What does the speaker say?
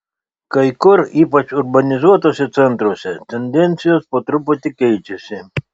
kai kur ypač urbanizuotuose centruose tendencijos po truputį keičiasi